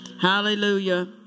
Hallelujah